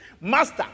Master